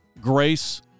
grace